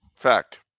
Fact